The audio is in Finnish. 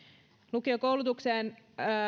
lukiokoulutuksen